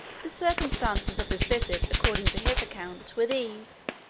the circumstances of this visit, according to his account, were these.